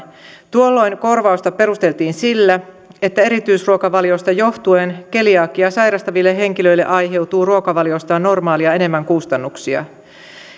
tuolloin korvausta perusteltiin sillä että erityisruokavaliosta johtuen keliakiaa sairastaville henkilöille aiheutuu ruokavaliostaan normaalia enemmän kustannuksia